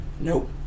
Nope